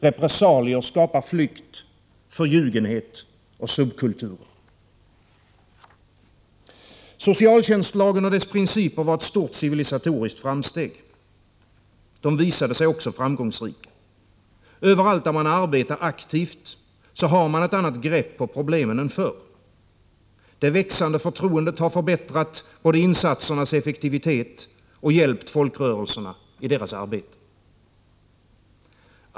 Repressalier skapar flykt, förljugenhet och subkulturer. Socialtjänstlagen och dess principer var ett stort civilisatoriskt framsteg. De visade sig också framgångsrika. Överallt där man arbetar aktivt har man ett annat grepp på problemen än förr. Det växande förtroendet har både förbättrat insatsernas effektivitet och hjälpt folkrörelserna i deras arbete.